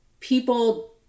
people